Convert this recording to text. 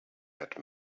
had